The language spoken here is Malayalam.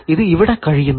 ഇത് ഇവിടെ കഴിയുന്നു